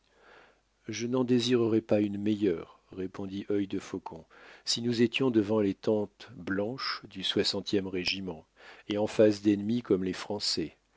je n'en désirerais pas une meilleure répondit œil defaucon si nous étions devant les tentes blanches du soixantième régiment et en face d'ennemis comme les français